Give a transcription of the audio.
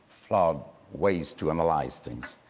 flawed ways to analyze things.